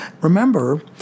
Remember